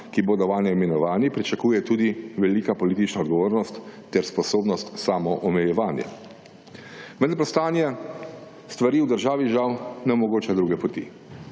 ki bodo vanje imenovani, pričakuje tudi velika politična odgovornost ter sposobnost samoomejevanja. Vendar pa stanje stvari v državi žal ne omogoča druge poti.